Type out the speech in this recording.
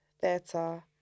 theatre